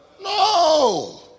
No